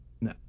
No